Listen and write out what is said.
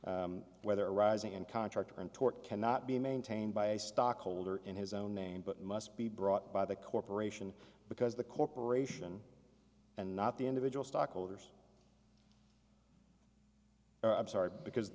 whether rising and contractor and tort cannot be maintained by a stockholder in his own name but must be brought by the corporation because the corporation and not the individual stockholders are absurd because